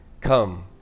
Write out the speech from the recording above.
Come